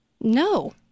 No